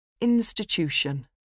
institution